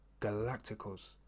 Galacticos